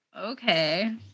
okay